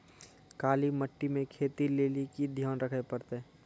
काली मिट्टी मे खेती लेली की ध्यान रखे परतै?